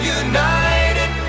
united